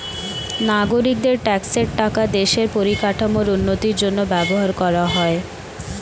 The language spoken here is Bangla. নাগরিকদের ট্যাক্সের টাকা দেশের পরিকাঠামোর উন্নতির জন্য ব্যবহার করা হয়